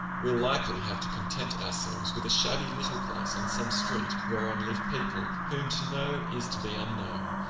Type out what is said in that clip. we'll likely have to content ourselves with a shabby little place on some street whereon live people whom to know is to be unknown,